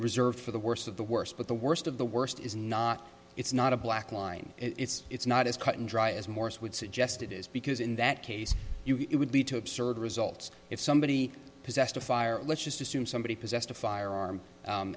reserved for the worst of the worst but the worst of the worst is not it's not a black line it's it's not as cut and dry as morris would suggest it is because in that case it would be too absurd results if somebody possessed a fire let's just assume somebody possessed a firearm